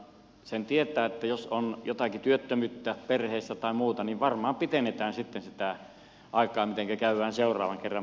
sen tietää että jos on jotakin työttömyyttä perheessä tai muuta niin varmaan pidennetään sitten sitä aikaa milloinka käydään seuraavan kerran parturissa